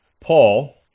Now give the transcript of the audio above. Paul